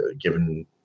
given